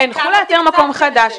הנחו לאתר מקום חדש.